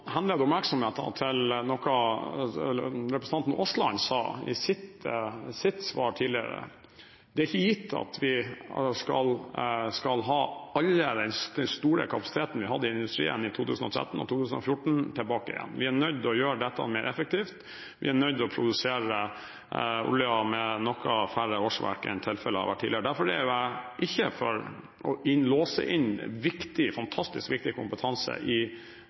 henlede oppmerksomheten på noe representanten Aasland sa i et innlegg tidligere. Det er ikke gitt at vi skal ha all den store kapasiteten vi hadde i industrien i 2013 og 2014, tilbake igjen. Vi er nødt til å gjøre dette mer effektivt, vi er nødt til å produsere olje med noe færre årsverk enn tilfellet har vært tidligere. Derfor er jeg ikke for å låse inn viktig – fantastisk viktig – kompetanse i